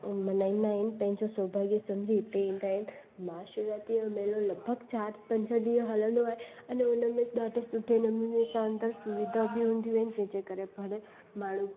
मल्हाईंदा आहिनि पंहिंजो सौभाग्य समुझी हिते ईंदा आहिनि महाशिवरात्रीअ जो मेलो लॻभॻि चारि पंज ॾींहं हलंदो आहे अने हुन में ज ॾाढो सुठो नमूने सां अंदरि सुविधा बि हूंदियूं आहिनि जंहिंजे करे भले माण्हू